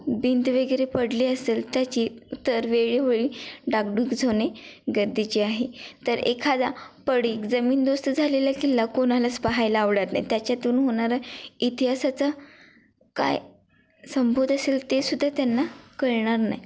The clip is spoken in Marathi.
भिंत वगैरे पडली असेल त्याची तर वेळोवेळी डागडुजी होणे गरजेचे आहे तर एखादा पडीक जमीनदोस्त झालेला किल्ला कोणालाच पाहायला आवडत नाही त्याच्यातून होणारा इतिहासाचा काय संबोध असेल ते सुद्धा त्यांना कळणार नाही